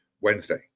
Wednesday